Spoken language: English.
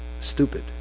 stupid